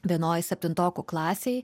vienoj septintokų klasėj